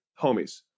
homies